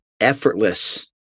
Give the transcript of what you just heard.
effortless